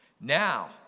Now